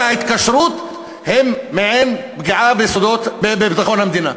ההתקשרות הוא מעין פגיעה בביטחון המדינה,